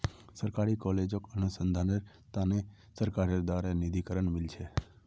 सरकारी कॉलेजक अनुसंधानेर त न सरकारेर द्बारे निधीकरण मिल छेक